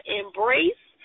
embrace